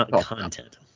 content